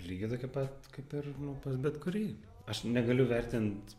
lygiai tokia pat kaip ir pas bet kurį aš negaliu vertint